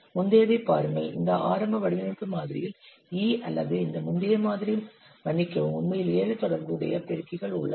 முந்தையதைப் பாருங்கள் இந்த ஆரம்ப வடிவமைப்பு மாதிரியில் E அல்லது இந்த முந்தைய மாதிரி மன்னிக்கவும் உண்மையில் 7 தொடர்புடைய பெருக்கிகள் உள்ளன